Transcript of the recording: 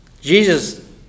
Jesus